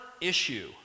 issue